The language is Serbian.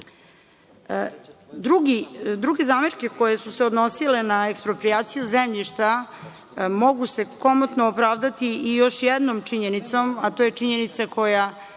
zamerke koje su se odnosile na eksproprijaciju zemljišta mogu se komotno opravdati i još jednom činjenicom, a to je činjenica koja